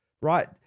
right